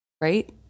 Right